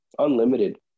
unlimited